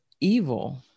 evil